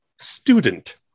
Student